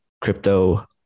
crypto